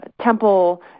Temple